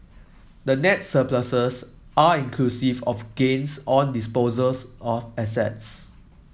the net surpluses are inclusive of gains on disposals of assets